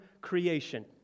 creation